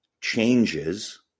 changes